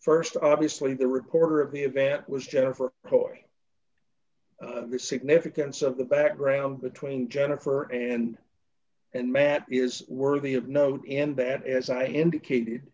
this st obviously the reporter of the event was jennifer hoeing the significance of the background between jennifer and and matt is worthy of note and bad as i indicated